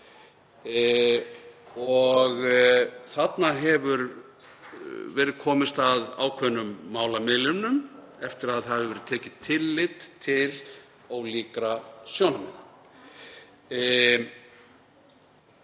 og þarna hefur verið komist að ákveðnum málamiðlunum eftir að tekið hefur verið tillit til ólíkra sjónarmiða.